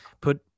put